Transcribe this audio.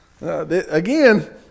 Again